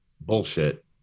bullshit